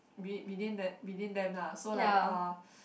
be within the within them lah so like uh